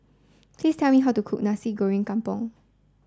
please tell me how to cook Nasi Goreng Kampung